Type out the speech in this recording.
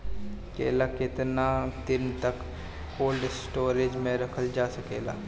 केला केतना दिन तक कोल्ड स्टोरेज में रखल जा सकेला?